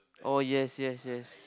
oh yes yes yes